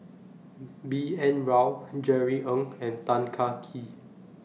B N Rao Jerry Ng and Tan Kah Kee